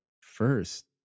first